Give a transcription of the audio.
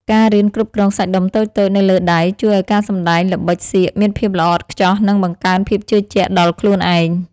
ការរៀនគ្រប់គ្រងសាច់ដុំតូចៗនៅលើដៃជួយឱ្យការសម្តែងល្បិចសៀកមានភាពល្អឥតខ្ចោះ និង បង្កើនភាពជឿជាក់ដល់ខ្លួនឯង។